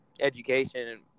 education